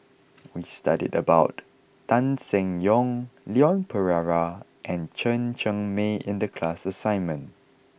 we studied about Tan Seng Yong Leon Perera and Chen Cheng Mei in the class assignment